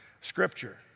Scripture